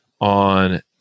on